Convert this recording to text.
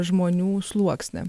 žmonių sluoksnį